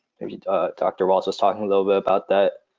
dr. walts was talking a little bit about that.